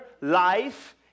life